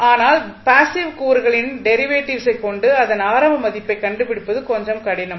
ஆனால் பேசிவ் கூறுகளின் டெரிவேட்டிவ்ஸை கொண்டு அதன் ஆரம்ப மதிப்பை கண்டுபிடிப்பது கொஞ்சம் கடினம்